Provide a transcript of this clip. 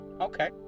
Okay